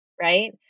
right